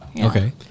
Okay